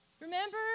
Remember